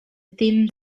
thin